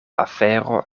afero